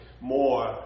more